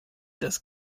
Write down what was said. das